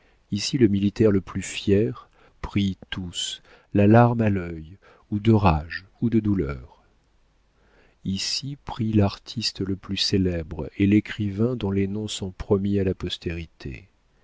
ici le militaire le plus fier prient tous la larme à l'œil ou de rage ou de douleur ici prient l'artiste le plus célèbre et l'écrivain dont les noms sont promis à la postérité